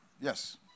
Yes